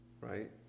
Right